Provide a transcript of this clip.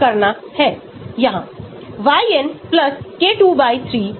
Log p आप इसे इस तरह के एक परवलयिए समीकरण के रूप में डाल सकते हैं